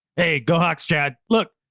hey, go hawks. chad, look,